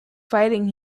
fighting